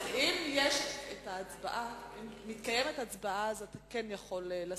מתקיימת הצבעה אז אתה כן יכול.